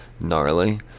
gnarly